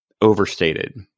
overstated